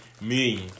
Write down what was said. million